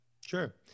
sure